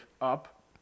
up